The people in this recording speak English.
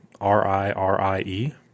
R-I-R-I-E